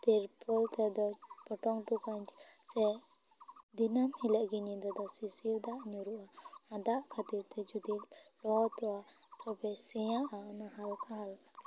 ᱛᱤᱨᱯᱚᱞ ᱛᱮᱫᱚᱧ ᱯᱚᱴᱚᱢ ᱦᱚᱴᱚ ᱠᱟᱜᱼᱤᱧ ᱥᱮ ᱫᱤᱱᱟᱹᱢ ᱦᱤᱞᱳᱜ ᱜᱮ ᱧᱤᱫᱟᱹ ᱫᱚ ᱥᱤᱥᱤᱨ ᱫᱟᱜ ᱧᱩᱨᱩᱜᱼᱟ ᱚᱱᱟ ᱫᱟᱜ ᱠᱷᱟᱹᱛᱤᱨ ᱛᱮ ᱡᱩᱫᱤ ᱞᱚᱦᱚᱫᱚᱜᱼᱟ ᱛᱚᱵᱮ ᱥᱮᱭᱟᱼᱟ ᱚᱱᱟ ᱦᱟᱞᱠᱟ ᱦᱟᱞᱠᱟ ᱛᱮ